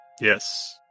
Yes